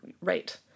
right